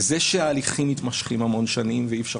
זה שההליכים מתמשכים המון שנים ואי אפשר